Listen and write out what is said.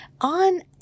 On